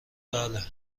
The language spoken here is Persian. بله